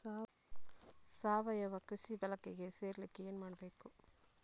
ಸಾವಯವ ಕೃಷಿ ಬಳಗಕ್ಕೆ ಸೇರ್ಲಿಕ್ಕೆ ಏನು ಮಾಡ್ಬೇಕು?